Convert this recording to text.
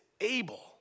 able